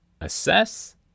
Assess